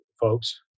folks